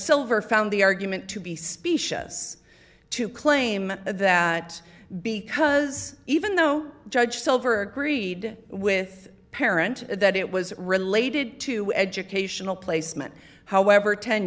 silver found the argument to be specious to claim that because even though judge silver agreed with parent that it was related to educational placement however ten